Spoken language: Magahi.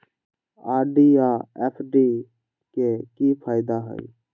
आर.डी आ एफ.डी के कि फायदा हई?